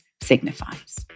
signifies